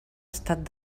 estat